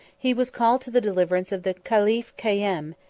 he was called to the deliverance of the caliph cayem,